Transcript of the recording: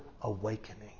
awakening